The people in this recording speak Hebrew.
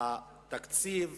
אין בתקציב